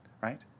right